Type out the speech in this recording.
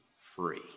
free